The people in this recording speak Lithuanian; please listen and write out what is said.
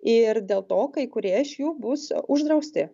ir dėl to kai kurie iš jų bus uždrausti